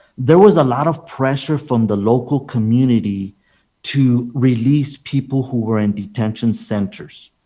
there was a lot of pressure from the local community to release people who were in detention centers.